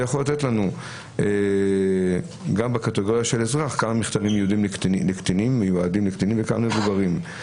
גם בקטגוריה של אזרח - כמה מכתבים מיועדים לקטינים וכמה למבוגרים.